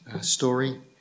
story